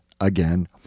again